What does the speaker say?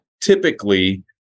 typically